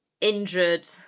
injured